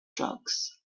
drugs